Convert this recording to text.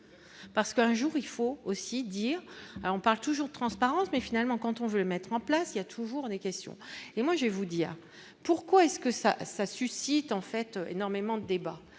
parce qu'un jour il faut aussi dire : on parle toujours de transparence mais finalement quand on veut mettre en place, il y a toujours des questions. Et moi je vais vous dire pourquoi est-ce que ça, ça suscite en fait énormément débat